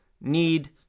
need